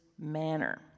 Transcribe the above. manner